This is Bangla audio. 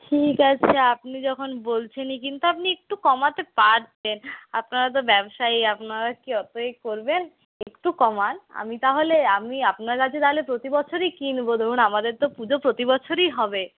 ঠিক আছে আপনি যখন বলছেনই কিন্তু আপনি একটু কমাতে পারতেন আপনারা তো ব্যবসায়ী আপনারা কি অতই করবেন একটু কমান আমি তাহলে আমি আপনার কাছে তাহলে প্রতি বছরই কিনবো ধরুন আমাদের তো পুজো প্রতি বছরই হবে